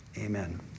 Amen